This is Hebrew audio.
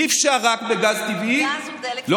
אי-אפשר רק בגז טבעי, גז הוא דלק טבעי.